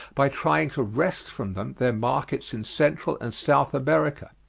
by trying to wrest from them their markets in central and south america?